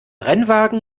rennwagen